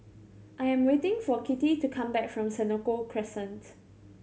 I am waiting for Kitty to come back from Senoko Crescent